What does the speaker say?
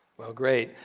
well great,